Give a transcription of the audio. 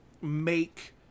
make